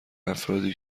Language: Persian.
افرادی